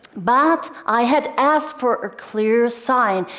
but i had asked for a clear sign.